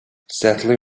sadly